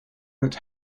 that